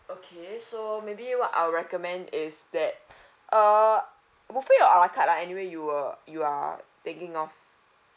okay so maybe what I'll recommend is that err buffet or a la carte ah anyway you will you are thinking of